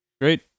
great